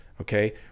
okay